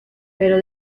pero